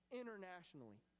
internationally